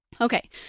Okay